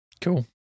Cool